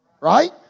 Right